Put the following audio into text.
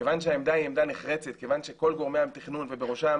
כיוון שהעמדה היא עמדה נחרצת כיוון שכל גורמי התכנון ובראשם